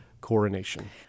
coronation